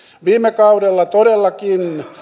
viime kaudella todellakin